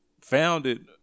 founded